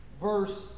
Verse